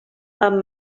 amb